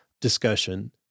discussion